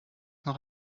noch